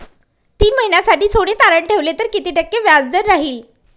तीन महिन्यासाठी सोने तारण ठेवले तर किती टक्के व्याजदर राहिल?